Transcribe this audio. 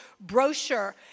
brochure